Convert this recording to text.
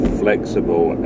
flexible